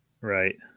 Right